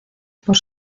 por